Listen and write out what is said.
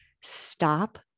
stop